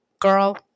Girl